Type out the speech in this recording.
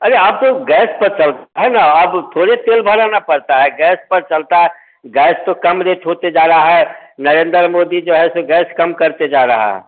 अरे अब तो गैस पर चलता है ना अब थोड़ी ही तेल भराना पड़ता है गैस पर चलता है गैस तो कम रेट होते जा रा है नरेंद्र मोदी जो है सो गैस कम करते जा रहा हैं